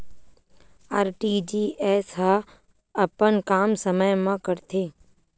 RTGS ह अपन काम समय मा करथे?